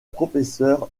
professeur